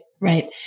Right